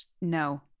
No